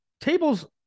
Tables –